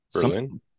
Berlin